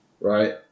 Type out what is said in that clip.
Right